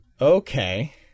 Okay